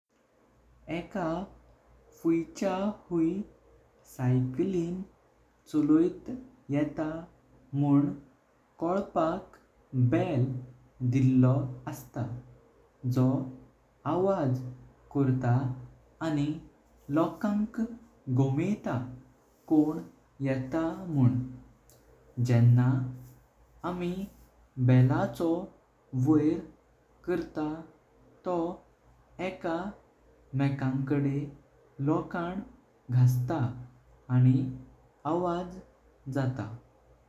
एका फुइचाई हुई सायक्लिन चलोव्चयत येता मुन कोलपाक बेल दिल्लो अस्तं जो आवाज कर्ता। आणि लोकांक गमतं कोण येता मुन, जेंव्हा आमी बेलाचो व्होयर करता। तो एका एकांकडे लोखनं घेस्तं आणि आवाज जातं।